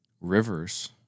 rivers